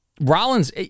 Rollins